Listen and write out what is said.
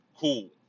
Cool